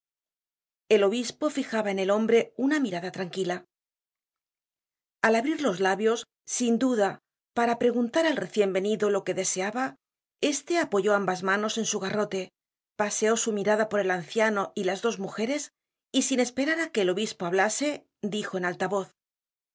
el obispo fijaba en el hombre una mirada tranquila al abrir los labios sin duda para preguntar al recien venido lo que deseaba este apoyó ambas manos en su garrote paseó su mirada por el anciano y las dos mujeres y sin esperar áquc el obispo hablase dijo en alta